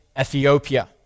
Ethiopia